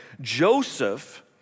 Joseph